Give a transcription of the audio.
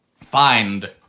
find